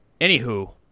Anywho